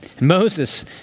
Moses